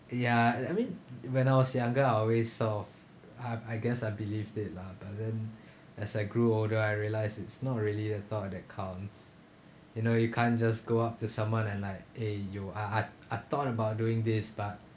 ya I I mean when I was younger I always sort of I I guess I believed it lah but then as I grew older I realise it's not really the thought that counts you know you can't just go up to someone and like eh you are are I thought about doing this but